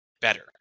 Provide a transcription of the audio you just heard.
better